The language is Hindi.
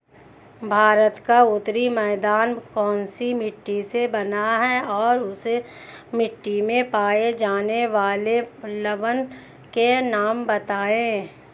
भारत का उत्तरी मैदान कौनसी मिट्टी से बना है और इस मिट्टी में पाए जाने वाले लवण के नाम बताइए?